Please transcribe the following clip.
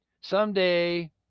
someday